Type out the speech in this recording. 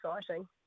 exciting